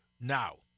now